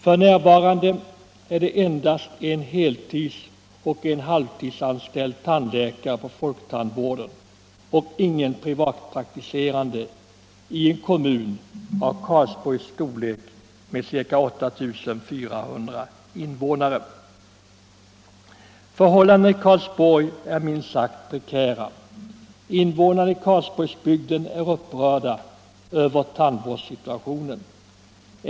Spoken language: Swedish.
F.n. är det endast en heltidsoch en halvtidsanställd tandläkare på folktandvården och ingen privatpraktiserande i en kommun av Karlsborgs storlek med ca 8400 invånare. Förhållandena i Karlsborg är minst sagt prekära. Invånarna i Karlsborgsbygden är upprörda över tandvårdssituationen.